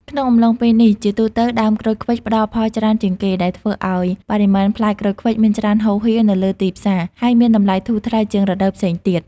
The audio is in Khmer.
ក្នុងអំឡុងពេលនេះ ជាទូទៅដើមក្រូចឃ្វិចផ្តល់ផលច្រើនជាងគេ ដែលធ្វើឲ្យបរិមាណផ្លែក្រូចឃ្វិចមានច្រើនហូរហៀរនៅលើទីផ្សារ ហើយមានតម្លៃធូរថ្លៃជាងរដូវផ្សេងទៀត។